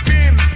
Bim